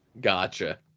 gotcha